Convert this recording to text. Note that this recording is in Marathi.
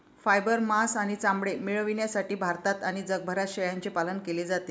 फायबर, मांस आणि चामडे मिळविण्यासाठी भारतात आणि जगभरात शेळ्यांचे पालन केले जाते